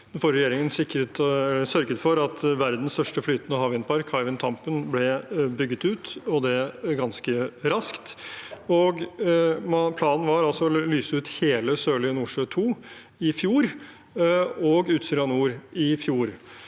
regjeringen sørget for at verdens største flytende havvindpark, Hywind Tampen, ble bygget ut – og det ganske raskt. Planen var å lyse ut hele Sørlige Nordsjø II og Utsira Nord i fjor.